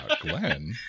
Glenn